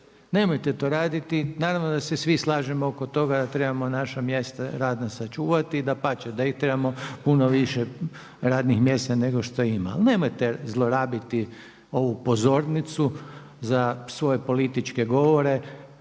Nemojte to raditi! Naravno da se svi slažemo oko toga da trebamo naša mjesta radna sačuvati, dapače da ih trebamo puno više radnih mjesta nego što ima. Ali nemojte zlorabiti ovu pozornicu za svoje političke govore